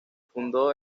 fundó